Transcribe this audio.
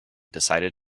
decided